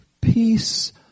peace